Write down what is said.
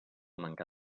manca